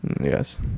yes